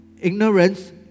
ignorance